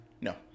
No